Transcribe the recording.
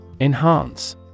Enhance